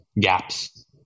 gaps